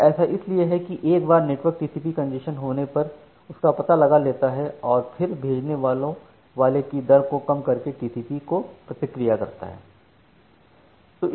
यह ऐसा इसलिए है कि एक बार नेटवर्क टीसीपीमें कंजेशन होने पर उसका पता लगा लेता है और फिर भेजने वाले की दर को कम करके टीसीपीकेवल कंजेशन को प्रतिक्रिया देता है